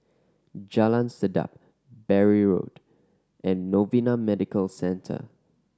Jalan Sedap Bury Road and Novena Medical Centre